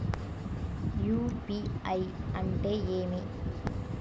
UPI అంటే ఏమి?